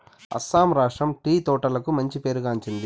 అస్సాం రాష్ట్రం టీ తోటలకు మంచి పేరు గాంచింది